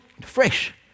fresh